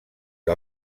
que